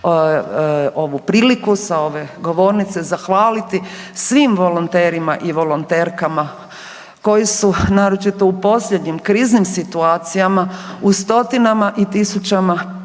ovu priliku sa ove govornice zahvaliti svim volonterima i volonterkama koji su naročito u posljednjim kriznim situacijama u stotinama i tisućama